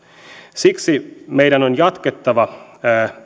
siksi meidän on jatkettava